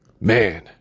Man